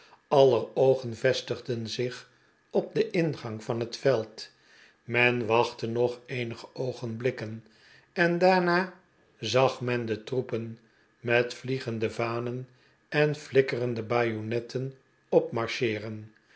aller oogen vestigden zich op den ingang van het veld men wachtte nog eenige oogenblikken en daarna zag men de troepen met vliegende vanen en flikkerende bajonetten